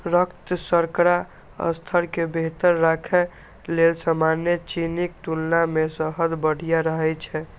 रक्त शर्करा स्तर कें बेहतर राखै लेल सामान्य चीनीक तुलना मे शहद बढ़िया रहै छै